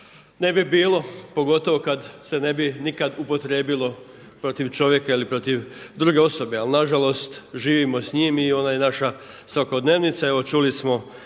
ne bi bilo, pogotovo kada se ne bi nikada upotrijebilo protiv čovjeka ili protiv druge osobe. Ali na žalost živimo s njim i ona je naša svakodnevnica. Evo čuli smo